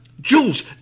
Jules